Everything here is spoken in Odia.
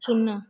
ଶୂନ